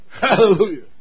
Hallelujah